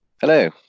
Hello